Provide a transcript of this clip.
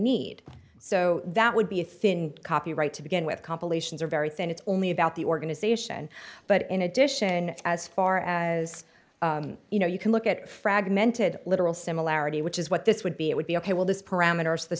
need so that would be a thin copyright to begin with compilations are very thin it's only about the organization but in addition as far as you know you can look at fragmented literal similarity which is what this would be it would be ok well this parameter is the